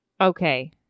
Okay